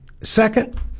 second